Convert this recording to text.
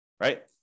right